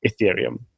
Ethereum